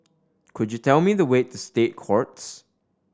could you tell me the way to State Courts